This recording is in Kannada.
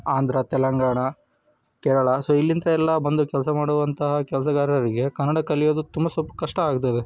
ಆಂಧ್ರ ತೆಲಂಗಾಣ ಕೇರಳ ಸೊ ಇಲ್ಲಿಂದೆಲ್ಲ ಬಂದು ಕೆಲಸ ಮಾಡುವಂತಹ ಕೆಲಸಗಾರರಿಗೆ ಕನ್ನಡ ಕಲಿಯುವುದು ತುಂಬ ಸ್ವಲ್ಪ ಕಷ್ಟ ಆಗ್ತಾ ಇದೆ